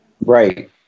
Right